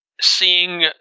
seeing